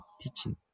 Teaching